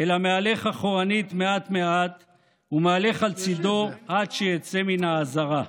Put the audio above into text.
אלא מהלך אחורנית מעט מעט ומהלך על צידו עד שיצא מן העזרה.